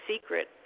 secret